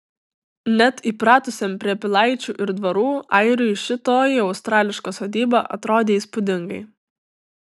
net įpratusiam prie pilaičių ir dvarų airiui šitoji australiška sodyba atrodė įspūdingai